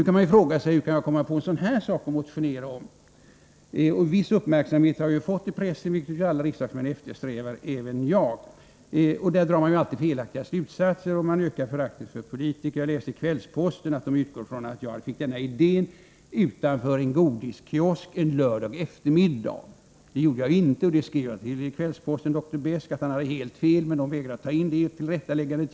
Man kan fråga sig vad som fick mig att motionera om en sådan här sak. En viss uppmärksamhet har jag fått i pressen, vilket ju alla riksdagsmän eftersträvar — så även jag. I pressen drar man som vanligt felaktiga slutsatser, och man ökar därmed föraktet för politikerna. Jag läste i Kvällsposten att man där utgår från att jag fick idén till motionen utanför en godiskiosk en lördag eftermiddag. Det fick jag inte, och jag skrev till Kvällspostens Dr Besk att han hade helt fel, men tidningen vägrade givetvis att ta in tillrättaläggandet.